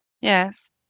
Yes